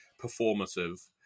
performative